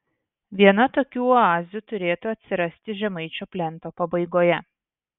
viena tokių oazių turėtų atsirasti žemaičių plento pabaigoje